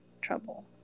trouble